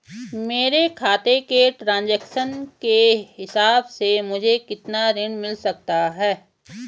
मेरे खाते के ट्रान्ज़ैक्शन के हिसाब से मुझे कितना ऋण मिल सकता है?